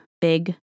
big